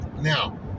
Now